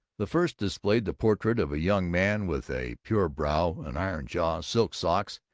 the first displayed the portrait of a young man with a pure brow, an iron jaw, silk socks,